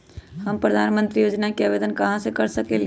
हम प्रधानमंत्री योजना के आवेदन कहा से कर सकेली?